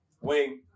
Wing